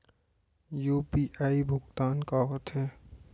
UPI भुगतान का होथे?